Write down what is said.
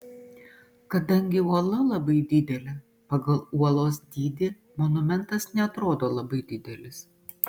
kadangi uola labai didelė pagal uolos dydį monumentas neatrodo labai didelis